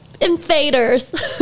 Invaders